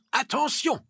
attention